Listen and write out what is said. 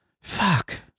Fuck